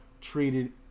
treated